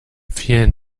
vielen